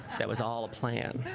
that was all a plan